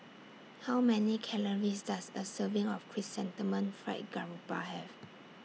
How Many Calories Does A Serving of Chrysanthemum Fried Garoupa Have